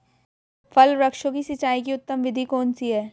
फल वृक्षों की सिंचाई की उत्तम विधि कौन सी है?